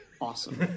awesome